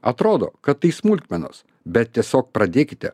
atrodo kad tai smulkmenos bet tiesiog pradėkite